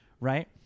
right